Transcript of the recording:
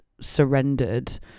surrendered